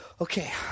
okay